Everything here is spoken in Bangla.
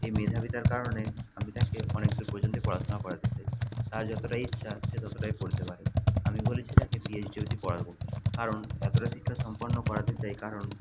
এই মেধাবীতার কারণে আমি তাকে অনেক দূর পর্যন্তই পড়াশুনা করাতে চাই তার যতটা ইচ্ছা সে ততটাই পড়তে পারে আমি বলেছি তাকে পিএইচডি অবধি পড়াবো কারণ এতটা শিক্ষা সম্পন্ন করাতে চাই কারণ